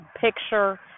picture